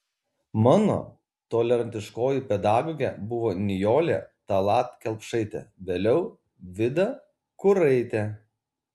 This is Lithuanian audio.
mano tolerantiškoji pedagogė buvo nijolė tallat kelpšaitė vėliau vida kuraitė